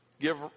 give